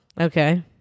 okay